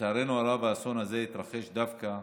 לצערנו הרב, האסון הזה התרחש דווקא